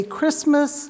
Christmas